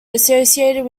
associated